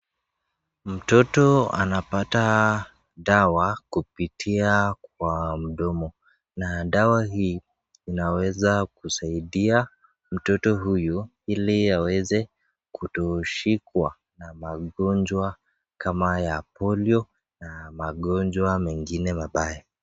Mtoto anapata dawa kupitia kwa mdomo na dawa hii inaweza kusaidia mtoto huyu ili aweze kutoshikwa na magonjwa kama ya Polio na magonjwa mengine mabaya.